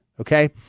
okay